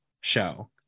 show